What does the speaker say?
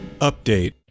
Update